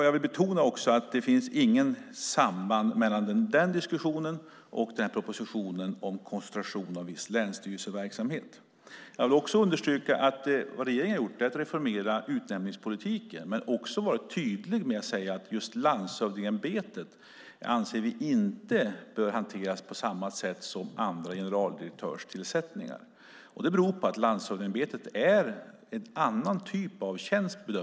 Jag vill betona att det inte finns något samband mellan den diskussionen och propositionen om koncentration av viss länsstyrelseverksamhet. Jag vill också understryka att regeringen har reformerat utnämningspolitiken. Men vi har också varit tydliga med att säga att när det gäller just landshövdingeämbetet anser vi inte att det bör hanteras på samma sätt som andra generaldirektörstillsättningar. Det beror på att vi bedömer att landshövdingeämbetet är en annan typ av tjänst.